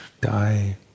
die